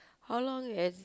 how long has